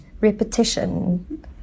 repetition